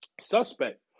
suspect